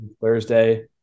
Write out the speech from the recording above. thursday